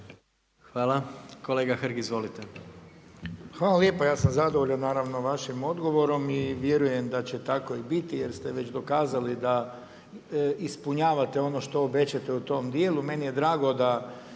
Hvala. Kolega Hrg izvolite. **Hrg, Branko (HDS)** Hvala lijepa. Ja sam zadovoljan, naravno vašim odgovorom i vjerujem da će tako i biti jer ste već dokazali da ispunjavate ono što obećate u tom dijelu.